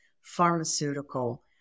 pharmaceutical